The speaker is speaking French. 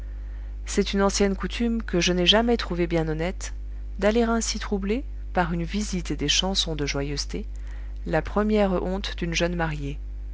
c'est une ancienne coutume que je n'ai jamais trouvée bien honnête d'aller ainsi troubler par une visite et des chansons de joyeuseté la première honte d'une jeune mariée